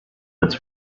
its